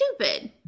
stupid